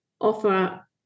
offer